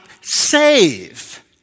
save